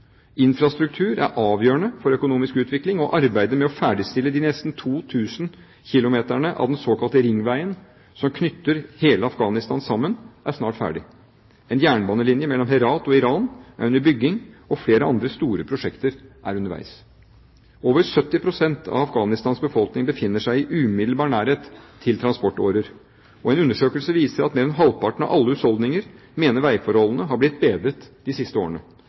Infrastruktur er avgjørende for økonomisk utvikling, og arbeidet med å ferdigstille de nesten 2 000 kilometerne av den såkalte ringveien som knytter hele Afghanistan sammen, er snart ferdig. En jernbanelinje mellom Herat og Iran er under bygging, og flere andre store prosjekter er underveis. Over 70 pst. av Afghanistans befolkning befinner seg i umiddelbar nærhet til transportårer, og en undersøkelse viste at mer enn halvparten av alle husholdninger mener veiforholdene er blitt bedret de siste årene.